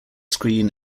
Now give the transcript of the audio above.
screen